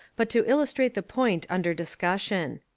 but to illustrate the point under dis cussion.